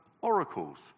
oracles